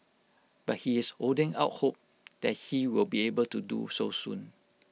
but he is holding out hope that he will be able to do so soon